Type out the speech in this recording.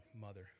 mother